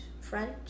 French